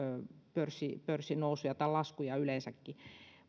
pörssinousuja pörssinousuja tai laskuja yleensäkin